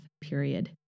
period